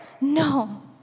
No